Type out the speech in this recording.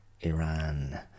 iran